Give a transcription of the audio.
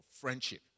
friendship